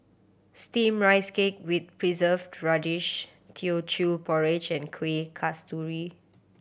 Steamed Rice Cake with Preserved Radish Teochew Porridge and Kuih Kasturi